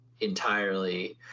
entirely